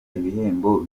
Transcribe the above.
ibihembo